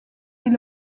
est